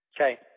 Okay